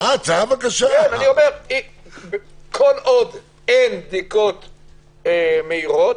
כל עוד אין בדיקות מהירות,